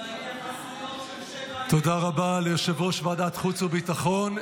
תודה רבה ליושב-ראש ועדת החוץ והביטחון.